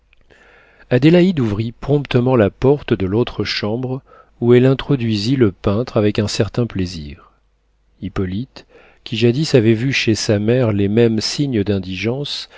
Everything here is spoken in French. adélaïde ouvrit promptement la porte de l'autre chambre où elle introduisit le peintre avec un certain plaisir hippolyte qui jadis avait vu chez sa mère les mêmes signes d'indigence